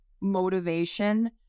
motivation